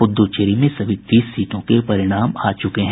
प्रदद्दचेरी में सभी तीस सीटों के परिणाम आ चुके हैं